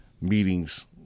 meetings